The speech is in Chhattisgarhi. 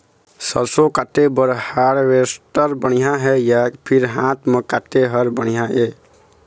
सरसों काटे बर हारवेस्टर बढ़िया हे या फिर हाथ म काटे हर बढ़िया ये?